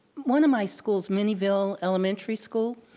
one of my schools, mini ville elementary school,